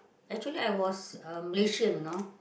actually I was uh Malaysian you know